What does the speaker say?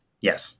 Yes